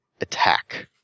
attack